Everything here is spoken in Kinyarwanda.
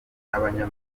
akababwira